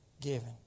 given